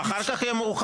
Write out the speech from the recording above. אבל אחר כך יהיה מאוחר,